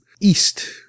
east